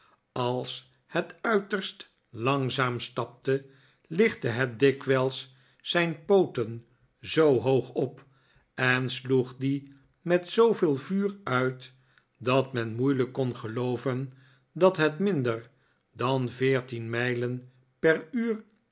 als het uiterst langzaam stapte lichtte het dikwijls zijn pooten zoo hoog op en sloeg die met zooveel vuur uit dat men moeilijk kon gelooven dat het minder dan veertien mijlen per uur